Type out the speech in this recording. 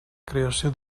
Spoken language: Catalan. creació